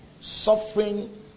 suffering